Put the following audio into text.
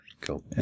cool